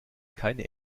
keine